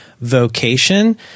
vocation